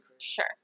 Sure